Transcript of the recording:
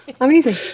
Amazing